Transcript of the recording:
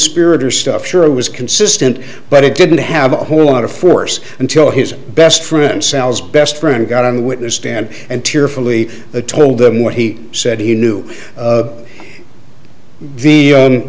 coconspirator stuff sure was consistent but it didn't have a whole lot of force until his best friend sells best friend got on the witness stand and tearfully the told them what he said he knew the